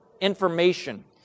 information